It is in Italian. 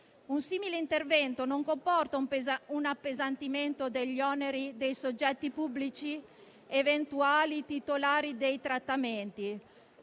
Un simile intervento non comporta un appesantimento degli oneri dei soggetti pubblici eventuali titolari dei trattamenti,